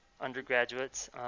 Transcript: undergraduates